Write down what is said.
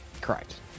Correct